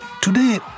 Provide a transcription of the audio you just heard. today